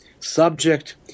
subject